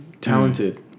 talented